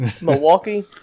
Milwaukee